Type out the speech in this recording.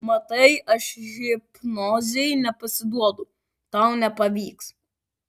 matai aš hipnozei nepasiduodu tau nepavyks